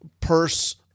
purse